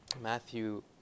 Matthew